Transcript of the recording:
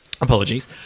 apologies